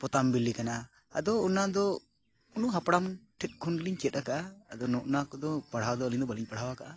ᱯᱚᱛᱟᱢ ᱵᱤᱞᱤ ᱠᱟᱱᱟ ᱟᱫᱚ ᱚᱱᱟ ᱫᱚ ᱩᱱᱠᱩ ᱦᱟᱯᱲᱟᱢ ᱴᱷᱮᱱ ᱠᱷᱚᱱ ᱜᱮᱞᱤᱧ ᱪᱮᱫ ᱟᱠᱟᱫᱼᱟ ᱟᱫᱚ ᱱᱚᱜᱼᱚ ᱱᱟ ᱠᱚᱫᱚ ᱯᱟᱲᱦᱟᱣ ᱫᱚ ᱟᱹᱞᱤᱧ ᱫᱚ ᱵᱟᱹᱞᱤᱧ ᱯᱟᱲᱦᱟᱣ ᱟᱠᱟᱫᱼᱟ